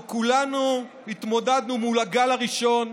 פה כולנו התמודדנו מול הגל הראשון,